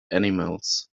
animals